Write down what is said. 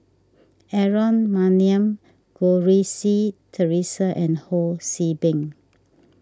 Aaron Maniam Goh Rui Si theresa and Ho See Beng